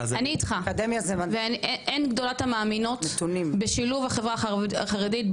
אני איתך ואין גדולת המאמינות ממני בשילוב החברה החרדית,